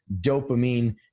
dopamine